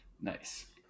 Nice